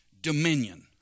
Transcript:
dominion